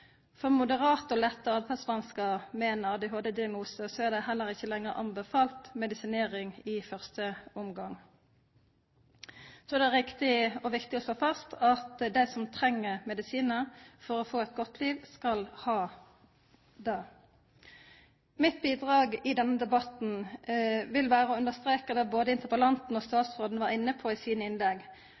For moderate og lette åtferdsvanskar med ein ADHD-diagnose er det heller ikkje lenger anbefalt medisinering i første omgang. Så er det riktig og viktig å slå fast at dei som treng medisin for å få eit godt liv, skal ha det. Mitt bidrag i denne debatten vil vera å understreka det både interpellanten og statsråden var inne på i sine innlegg: